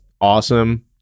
awesome